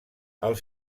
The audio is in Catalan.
els